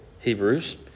Hebrews